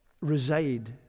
reside